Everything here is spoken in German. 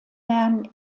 lernen